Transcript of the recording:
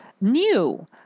new